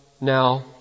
now